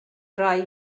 rai